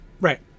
Right